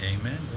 Amen